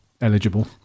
eligible